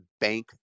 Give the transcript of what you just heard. bank